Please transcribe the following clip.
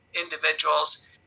individuals